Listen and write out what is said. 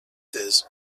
this